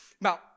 Now